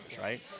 right